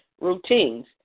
routines